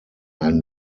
ein